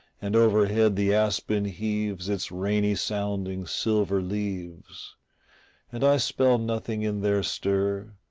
and overhead the aspen heaves its rainy-sounding silver leaves and i spell nothing in their stir,